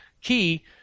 key